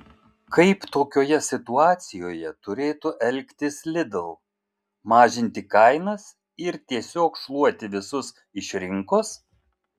kaip tokioje situacijoje turėtų elgtis lidl mažinti kainas ir tiesiog šluoti visus iš rinkos